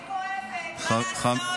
האמת כואבת, מה לעשות?